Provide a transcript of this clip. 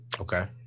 Okay